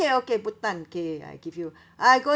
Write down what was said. okay okay bhutan okay I give you I going